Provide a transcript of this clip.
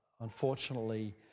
Unfortunately